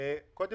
הוא אומר, במקום